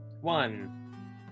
One